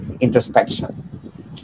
introspection